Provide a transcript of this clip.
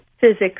physics